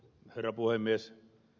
herra puhemies